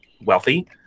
wealthy